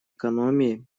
экономии